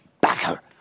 backer